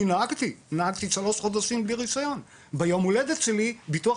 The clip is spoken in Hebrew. אני נהגתי שלושה חודשים בלי רישיון וביום ההולדת שלי ביטוח